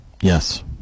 Yes